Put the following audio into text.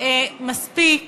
מספיק